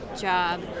job